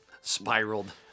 Spiraled